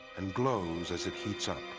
and glows as it heats up.